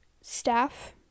staff